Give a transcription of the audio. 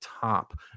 top